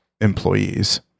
employees